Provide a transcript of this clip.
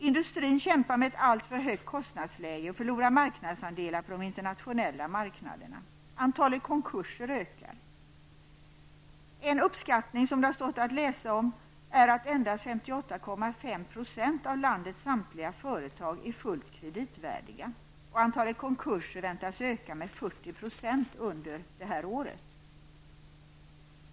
Industrin kämpar med ett alltför högt kostnadsläge och förlorar marknadsandelar på de internationella marknaderna. Antalet konkurser ökar. En uppskattning som har stått att läsa är att endast 58,5 % av landets samtliga företag är fullt kreditvärdiga och att antalet konkurser väntas öka med 40 % under det här året.